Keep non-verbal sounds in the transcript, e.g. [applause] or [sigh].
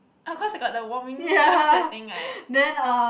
oh cause they got the warming [laughs] setting right